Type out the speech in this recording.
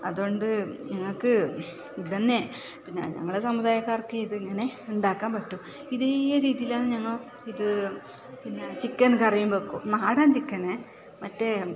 അതുകൊണ്ട് ഞങ്ങൾക്ക് ഇത് തന്നെ ഞങ്ങളുടെ സമുദായക്കാർക്ക് ഇതിങ്ങനെ ഉണ്ടാക്കാൻ പറ്റും ഇത് ഈ ഒര് രീതിയിലാണ് ഞങ്ങൾ ഇത് ചിക്കൻ കറിയും വെക്കും നാടൻ ചിക്കന് മറ്റേ